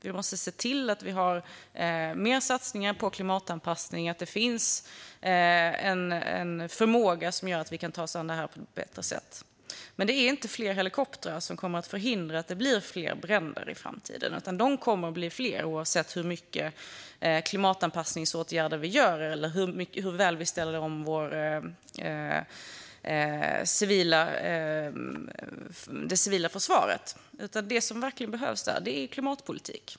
Vi måste se till att det görs mer satsningar på klimatanpassning och att det finns en förmåga som gör att vi kan ta oss an detta på ett bättre sätt. Det är emellertid inte fler helikoptrar som kommer att förhindra att det blir fler bränder i framtiden. De kommer att bli fler, oavsett hur mycket klimatanpassningsåtgärder som vi vidtar eller hur väl vi ställer om det civila försvaret. Det som verkligen behövs är klimatpolitik.